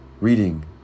reading